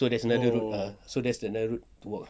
so there's another route ah so there's another route to walk